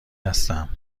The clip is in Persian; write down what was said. هستم